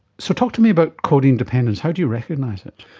so talk to me about codeine dependence, how do you recognise it?